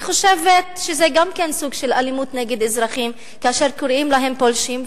אני חושבת שגם זה סוג של אלימות נגד אזרחים כאשר קוראים להם "פולשים".